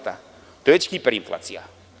To je već hiperinflacija.